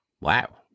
Wow